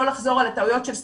לא לחזור על הטעויות של ספטמבר.